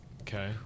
Okay